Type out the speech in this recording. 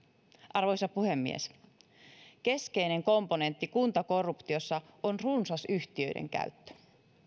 arvoisa puhemies keskeinen komponentti kuntakorruptiossa on runsas yhtiöiden käyttö